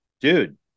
dude